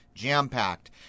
jam-packed